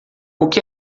que